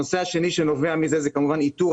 הנושא השני שנובע מזה זה כמובן איתור